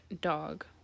dog